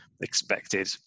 expected